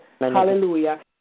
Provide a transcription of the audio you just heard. hallelujah